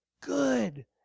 Good